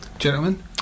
Gentlemen